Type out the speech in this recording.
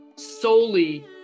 Solely